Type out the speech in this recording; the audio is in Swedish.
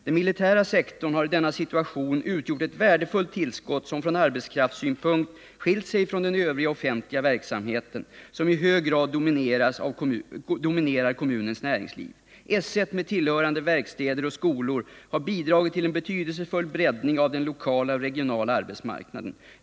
Den militära sektorn har i denna situation utgjort ett värdefullt tillskott som från arbetskraftssynpunkt skilt sig från den övriga offentliga verksamhet som i hög grad dominerar kommunens näringsliv. S 1, med tillhörande verkstäder och skolor, har bidragit till en betydelsefull breddning av den lokala och regionala arbetsmarknaden.